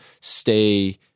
stay